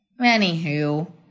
Anywho